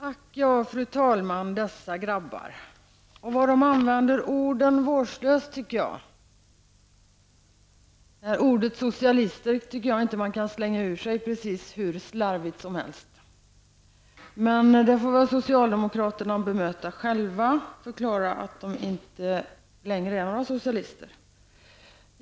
Ack ja, fru talman, dessa grabbar! Vad de använder orden vårdslöst, tycker jag. Ordet socialist, tycker jag inte att man kan slänga ur sig hur slarvigt som helst. Men det får väl socialdemokraterna bemöta själva och förklara att de inte längre är några socialister.